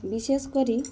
ବିଶେଷ କରି